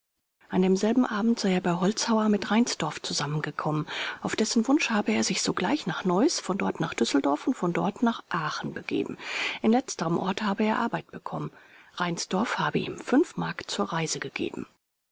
an demselben abend sei er bei holzhauer mit reinsdorf zusammengekommen auf dessen wunsch habe er sich sogleich nach neuß von dort nach düsseldorf und von dort nach aachen begeben in letzterem orte habe er arbeit bekommen reinsdorf habe ihm m zur reise gegeben